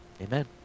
Amen